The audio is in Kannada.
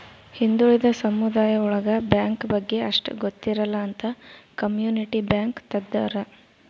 ಹಿಂದುಳಿದ ಸಮುದಾಯ ಒಳಗ ಬ್ಯಾಂಕ್ ಬಗ್ಗೆ ಅಷ್ಟ್ ಗೊತ್ತಿರಲ್ಲ ಅಂತ ಕಮ್ಯುನಿಟಿ ಬ್ಯಾಂಕ್ ತಗ್ದಾರ